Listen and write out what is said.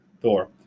Thor